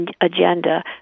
agenda